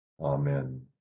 Amen